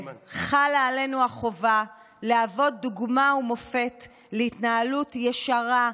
חלה עלינו החובה להוות דוגמה ומופת להתנהלות ישרה,